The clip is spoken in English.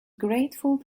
grateful